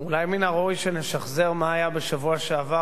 אולי מן הראוי שנשחזר מה היה בשבוע שעבר,